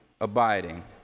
abiding